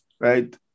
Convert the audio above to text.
right